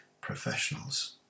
professionals